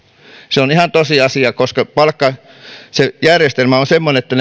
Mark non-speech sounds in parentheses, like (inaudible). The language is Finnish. se on ihan tosiasia koska se järjestelmä on semmoinen että (unintelligible)